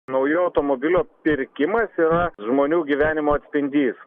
naujų automobilių pirkimas yra žmonių gyvenimo atspindys